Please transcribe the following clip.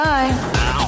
Bye